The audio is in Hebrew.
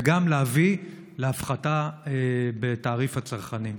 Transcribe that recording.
וגם להביא להפחתה בתעריף לצרכנים.